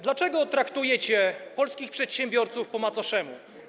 Dlaczego traktujecie polskich przedsiębiorców po macoszemu?